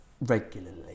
regularly